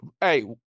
Hey